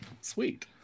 Sweet